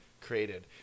created